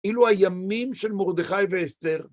אילו הימים של מרדכי ואסתר